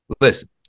listen